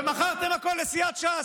ומכרתם הכול לסיעת ש"ס.